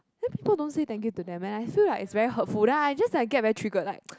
then people don't say thank you to them and I feel like it's very hurtful then I just like get very triggered like